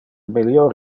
melior